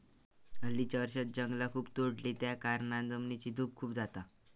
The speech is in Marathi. हल्लीच्या वर्षांत जंगला खूप तोडली त्याकारणान जमिनीची धूप खूप जाता